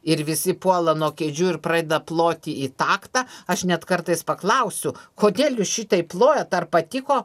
ir visi puola nuo kėdžių ir pradeda ploti į taktą aš net kartais paklausiu kodėl jūs šitaip plojat ar patiko